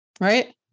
right